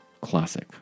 Classic